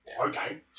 Okay